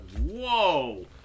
whoa